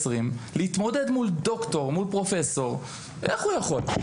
20 להתמודד מול דוקטור מול פרופסור איך הוא יכול?